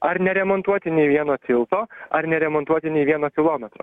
ar neremontuoti nei vieno tilto ar neremontuoti nei vieno kilometro